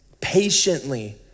patiently